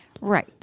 right